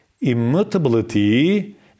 immutability